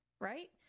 right